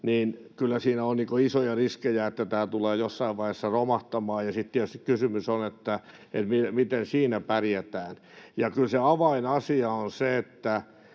— on kyllä isoja riskejä siitä, että tämä tulee jossain vaiheessa romahtamaan. Sitten tietysti kysymys on siitä, miten sitten pärjätään. Ja kyllä se avainasia on se, että